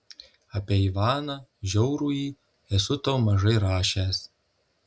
apie ivaną žiaurųjį esu tau mažai rašęs